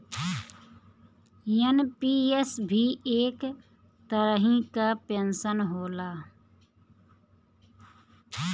NPS भी एक तरही कअ पेंशन होला